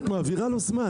את לוקחת לו זמן.